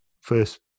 first